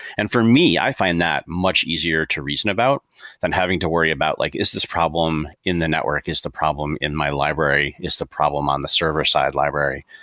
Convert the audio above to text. and for me, i find that much easier to reason about than having to worry about like, is this problem in the network is the problem in my library is the problem on the server side library.